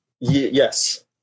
yes